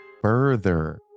further